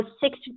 six